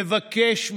מבקש מכם,